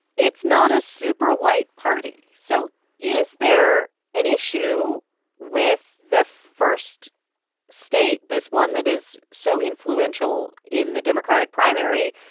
it's not a super white party. so is there an issue with the first state, this one that is so influential in the democratic primary,